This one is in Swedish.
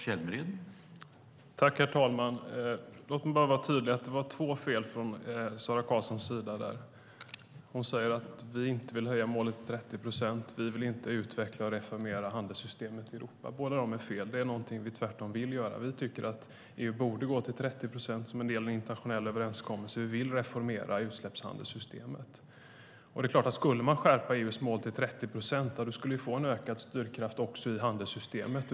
Herr talman! Låt mig vara tydlig med att det var två fel från Sara Karlssons sida. Hon säger att vi inte vill höja målet till 30 procent. Vi vill inte utveckla och reformera utsläppshandelssystemet i Europa. Båda är fel, det är någonting vi tvärtom vill göra. Vi tycker att EU borde gå mot ett 30-procentsmål i en internationell överenskommelse. Vi vill reformera utsläppshandelssystemet. Skulle man skärpa EU:s mål till 30 procent skulle det få en ökad styrkraft också i handelssystemet.